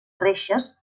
reixes